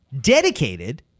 dedicated